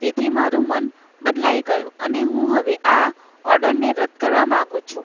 તેથી મારું મન બદલાઈ ગયું અને હું હવે આ ઓડરને રદ કરવા માંગું છું